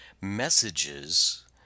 messages